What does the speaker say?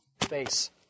face